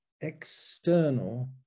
external